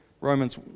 Romans